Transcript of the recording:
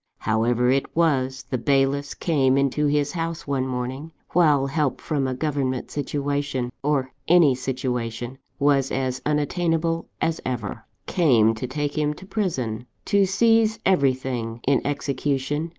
however it was, the bailiffs came into his house one morning, while help from a government situation, or any situation, was as unattainable as ever came to take him to prison to seize everything, in execution,